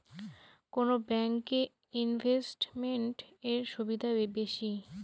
কোন ব্যাংক এ ইনভেস্টমেন্ট এর সুবিধা বেশি?